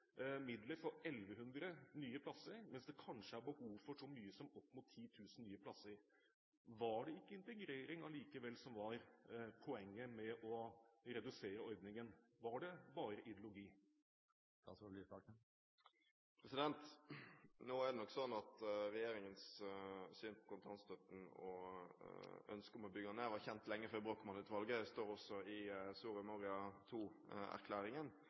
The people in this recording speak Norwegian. midler for 1 100 nye plasser, mens det kanskje er behov for så mye som opp mot 10 000 nye plasser. Var det ikke integrering allikevel som var poenget med å redusere ordningen? Var det bare ideologi? Nå er det nok sånn at regjeringens syn på kontantstøtten og ønsket om å bygge den ned var kjent lenge før Brochmann-utvalgets rapport. Det står også i